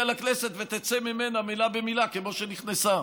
לכנסת ותצא ממנה מילה במילה כמו שנכנסה.